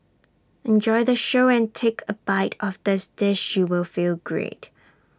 enjoy the show and take A bite of this dish you will feel great